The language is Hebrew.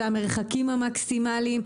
אלה המרחקים המקסימליים.